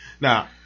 Now